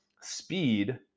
speed